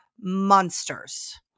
monsters